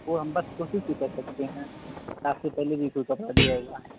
اور ہم بس کوسس ہی کر سکتے ہیں آپ سے پہلے بھی کوئی کپڑا دیا ہوا ہے